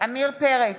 עמיר פרץ,